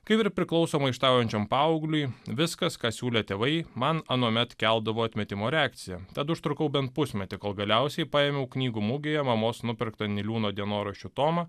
kaip ir priklauso maištaujančiam paaugliui viskas ką siūlė tėvai man anuomet keldavo atmetimo reakciją tad užtrukau bent pusmetį kol galiausiai paėmiau knygų mugėje mamos nupirktą niliūno dienoraščių tomą